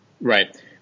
Right